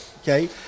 Okay